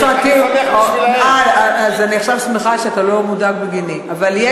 לא, אני לא מודאג בגינך, אני